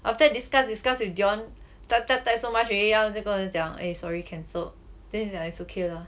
after discuss discuss with dion then after type type type so much already then after that 他就跟你讲 eh sorry cancelled then it's like it's okay lah